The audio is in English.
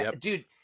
Dude